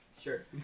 Sure